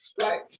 Right